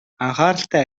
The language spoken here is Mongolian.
анхааралтай